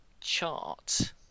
chart